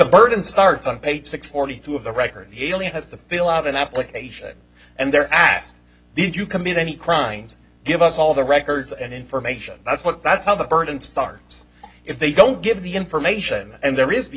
burden starts on page six forty two of the record alien has the fill out an application and they're asked did you commit any crimes give us all the records and information that's what that's how the burden starts if they don't give the information and